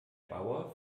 bauer